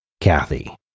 Kathy